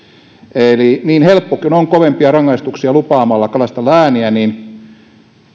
eli niin helppo kuin on kovempia rangaistuksia lupaamalla kalastella ääniä niin